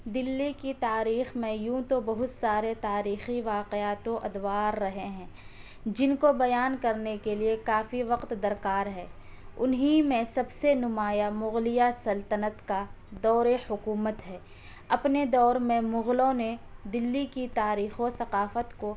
دلی کی تاریخ میں یوں تو بہت سارے تاریخی واقعات و ادوار رہے ہیں جن کو بیان کرنے کے لیے کافی وقت درکار ہے انہیں میں سب سے نمایاں مغلیہ سلطنت کا دور حکومت ہے اپنے دور میں مغلوں نے دلی کی تاریخ و ثقافت کو